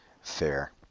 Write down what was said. fair